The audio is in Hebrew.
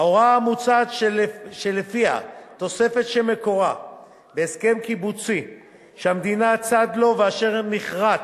ההוראה המוצעת שלפיה תוספת שמקורה בהסכם קיבוצי שהמדינה צד לו ואשר נכרת